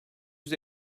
yüz